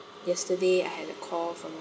yesterday I had a call from a